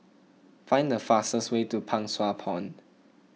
find the fastest way to Pang Sua Pond